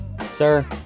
sir